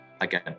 again